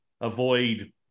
avoid